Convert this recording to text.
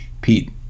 Pete